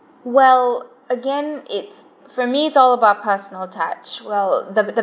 well again it's for me it's all about personal touch well the the